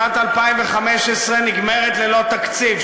שנת 2015 נגמרת ללא תקציב.